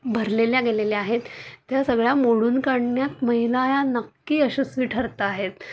भरलेल्या गेलेल्या आहेत त्या सगळ्या मोडून काढण्यात महिला या नक्की यशस्वी ठरत आहेत